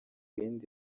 ibindi